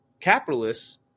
capitalists